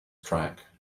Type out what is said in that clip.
track